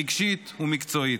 רגשית ומקצועית.